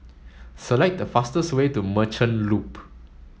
select the fastest way to Merchant Loop